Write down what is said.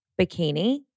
bikini